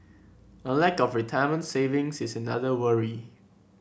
a lack of retirement savings is another worry